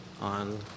on